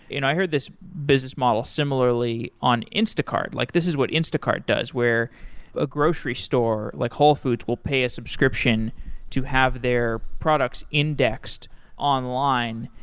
and i heard this business model similarly on instacart. like this is what instacart does, where a grocery store, like whole foods, will pay a subscription to have their products indexed online.